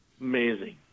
amazing